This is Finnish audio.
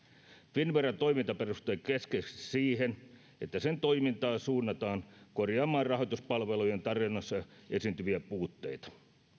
finnveran toiminta perustuu keskeisesti siihen että sen toimintaa suunnataan korjaamaan rahoituspalvelujen tarjonnassa esiintyviä puutteita